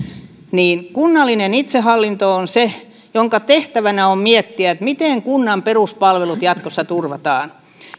kunnallinen itsehallinto on se jonka tehtävänä on miettiä miten kunnan peruspalvelut jatkossa turvataan